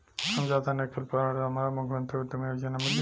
हम ज्यादा नइखिल पढ़ल हमरा मुख्यमंत्री उद्यमी योजना मिली?